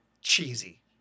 cheesy